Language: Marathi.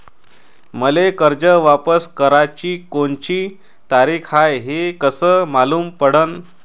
मले कर्ज वापस कराची कोनची तारीख हाय हे कस मालूम पडनं?